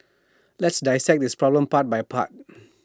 let's dissect this problem part by part